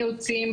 אילוצים,